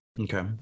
Okay